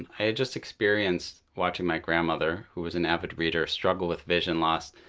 um i had just experienced watching my grandmother, who was an avid reader, struggle with vision loss,